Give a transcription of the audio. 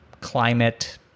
climate-